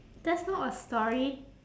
that's not a story